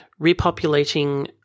repopulating